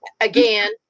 again